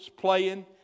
playing